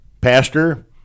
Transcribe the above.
Pastor